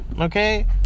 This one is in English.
Okay